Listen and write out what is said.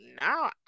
no